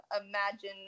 imagine